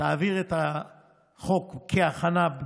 תעביר את החוק בהכנה,